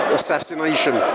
assassination